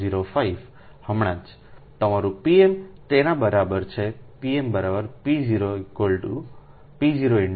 05હમણાં જ તમારુંpm તેના બરાબર છેpmp010